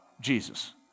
Jesus